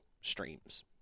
streams